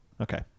Okay